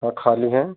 हाँ ख़ाली है